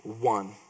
one